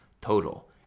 total